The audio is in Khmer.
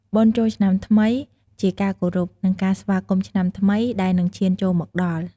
បុណ្យចូលឆ្នាំថ្មីជាការគោរព និងការស្វាគមន៏ឆ្នាំថ្មីដែលនិងឈានចូលមកដល់។